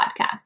podcast